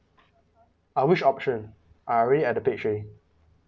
uh which option I already at the page already